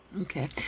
Okay